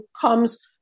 comes